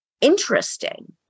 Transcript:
interesting